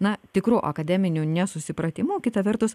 na tikru akademiniu nesusipratimu kita vertus